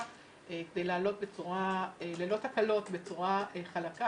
כדי לעלות ללא תקלות ובצורה חלקה.